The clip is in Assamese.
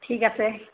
ঠিক আছে